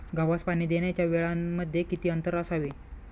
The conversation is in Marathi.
गव्हास पाणी देण्याच्या वेळांमध्ये किती अंतर असावे?